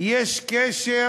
יש קשר